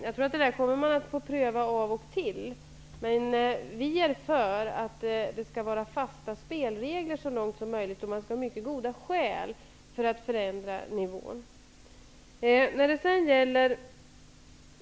Jag tror att man kommer att få pröva det av och till, men vi är för att det så långt som möjligt skall vara fasta spelregler. Man skall ha mycket goda skäl till att förändra nivån.